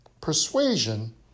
Persuasion